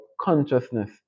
consciousness